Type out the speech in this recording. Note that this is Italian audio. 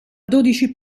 dodici